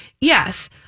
Yes